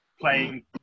playing